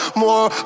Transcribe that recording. more